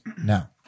Now